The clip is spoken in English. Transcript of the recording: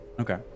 Okay